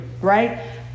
right